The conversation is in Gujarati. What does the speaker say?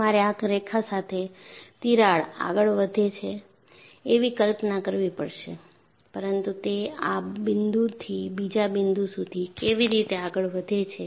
તમારે આ રેખા સાથે તિરાડ આગળ વધે છે એવી કલ્પના કરવી પડશે પરંતુ તે આ બિંદુથી બીજા બિંદુ સુધી કેવી રીતે આગળ વધે છે